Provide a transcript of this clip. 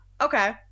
okay